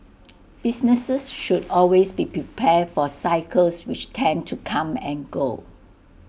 businesses should always be prepared for cycles which tend to come and go